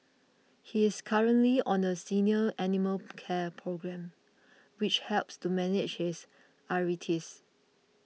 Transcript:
he is currently on a senior animal care programme which helps to manage his arthritis